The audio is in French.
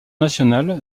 national